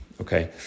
okay